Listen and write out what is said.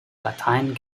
latein